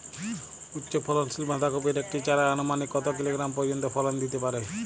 উচ্চ ফলনশীল বাঁধাকপির একটি চারা আনুমানিক কত কিলোগ্রাম পর্যন্ত ফলন দিতে পারে?